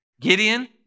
Gideon